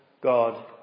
God